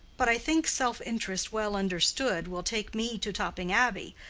but i think self-interest well understood will take me to topping abbey,